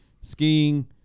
Skiing